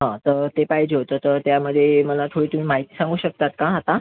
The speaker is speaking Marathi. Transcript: हा तर ते पाहिजे होतं तर त्यामध्ये मला थोडी तुम्ही माहिती सांगू शकतात का आता